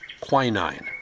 quinine